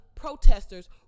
protesters